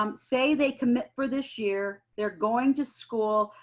um say they commit for this year, they're going to school,